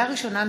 ראשונה,